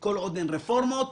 כל עוד אין רפורמות